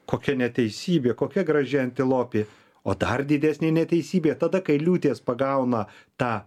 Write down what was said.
kokia neteisybė kokia graži antilopė o dar didesnė neteisybė tada kai liūtės pagauna tą